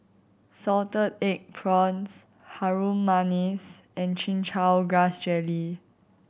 salted egg prawns Harum Manis and Chin Chow Grass Jelly